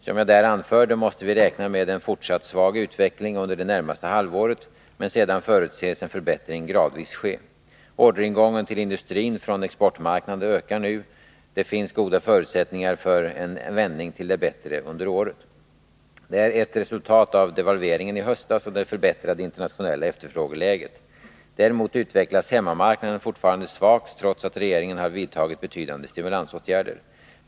Som jag där anförde måste vi räkna med en fortsatt svag utveckling under det närmaste halvåret, men sedan förutses en förbättring gradvis ske. Orderingången till industrin från att förhindra ökad arbetslöshet inom byggnadsindustrin att förhindra ökad arbetslöshet inom byggnadsindustrin exportmarknaderna ökar nu, och det finns goda förutsättningar för en vändning till det bättre under året. Det är ett resultat av devalveringen i höstas och det förbättrade internationella efterfrågeläget. Däremot utvecklas hemmamarknaden fortfarande svagt trots att regeringen har vidtagit betydande stimulansåtgärder.